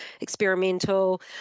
experimental